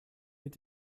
mit